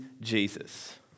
Jesus